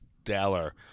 stellar